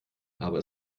aber